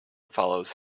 follows